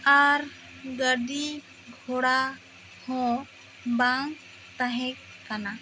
ᱟᱨ ᱜᱟᱹᱰᱤ ᱜᱷᱚᱲᱟ ᱦᱚᱸ ᱵᱟᱝ ᱛᱟᱦᱮᱸ ᱠᱟᱱᱟ